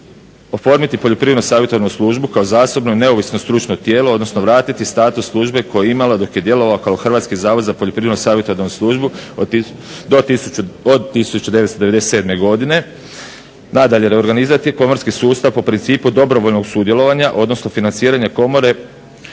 oformiti poljoprivredno-savjetodavnu službu kao zasebno i neovisno stručno tijelo, odnosno vratiti status službe koji je imala dok je djelovala kao Hrvatski zavod za poljoprivredno-savjetodavnu službu od 1997. godine. Nadalje, reorganizirati pomorski sustav po principu dobrovoljnog sudjelovanja, odnosno financiranje komore